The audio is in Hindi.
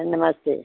नमस्ते